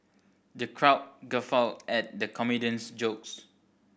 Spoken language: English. the crowd guffawed at the comedian's jokes